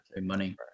money